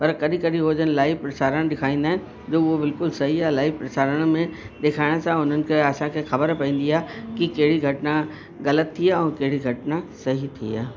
पर कॾहिं कॾहिं उहे जन लाइव प्रसारण ॾेखारींदा आहिनि जो उहो बिल्कुलु सही आहे लाइव प्रसारण में ॾेखारण सां उन्हनि खे असांखे ख़बर पवंदी आहे कि कहिड़ी घटना ग़लति थी आहे ऐं कहिड़ी घटना सही थी आहे